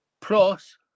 plus